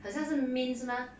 好像是 mint 是 mah